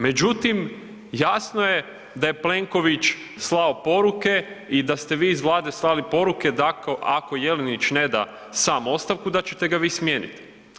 Međutim, jasno je da je Plenković slao poruke i da ste vi iz Vlade slali poruke da ako Jelenić ne da sam ostavku da ćete ga vi smijeniti.